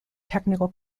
technical